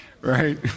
right